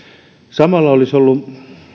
samalla olisi ollut